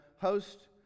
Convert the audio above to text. host